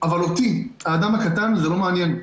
אבל אותי, האדם הקטן, זה לא מעניין.